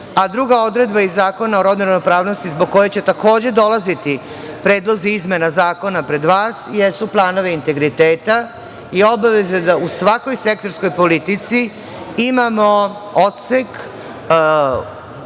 Druga odredba iz Zakona o rodnoj ravnopravnosti zbog koje će, takođe, dolaziti predlozi izmena zakona pred vas jesu planovi integriteta i obaveze da u svakom sektorskoj politici imamo odsek,